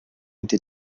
été